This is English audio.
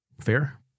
Fair